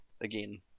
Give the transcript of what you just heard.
again